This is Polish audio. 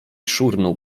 szurnął